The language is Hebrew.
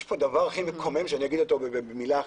יש כאן דבר הכי מקומם שאני אומר אותו במילה אחת.